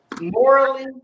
morally